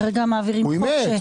הוא אימץ.